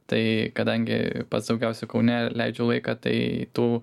tai kadangi pats daugiausiai kaune leidžiu laiką tai tų